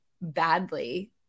badly